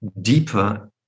deeper